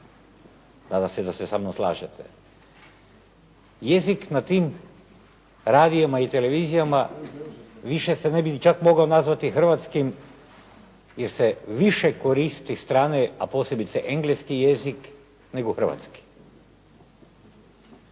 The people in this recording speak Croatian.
Nadam se da se sa mnom slažete. Jezik na tim radijima i televizijama više se ne bi ni čak mogao nazvati hrvatskim, jer se više koristi strane, a posebice engleski jezik nego hrvatski.